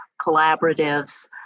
collaboratives